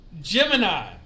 Gemini